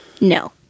No